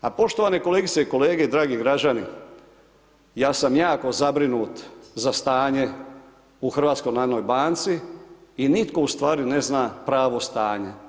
A poštovani kolegice i kolege, dragi građani, ja sam jako zabrinut za stanje u HNB-u i nitko u stvari ne zna pravo stanje.